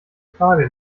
frage